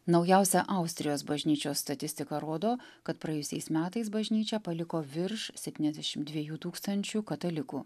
naujausia austrijos bažnyčios statistika rodo kad praėjusiais metais bažnyčią paliko virš septyniasdešim dviejų tūkstančių katalikų